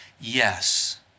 yes